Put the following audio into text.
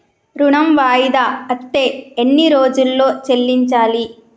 ఋణం వాయిదా అత్తే ఎన్ని రోజుల్లో చెల్లించాలి?